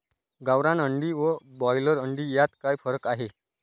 गावरान अंडी व ब्रॉयलर अंडी यात काय फरक आहे?